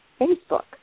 Facebook